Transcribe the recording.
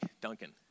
Duncan